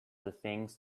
things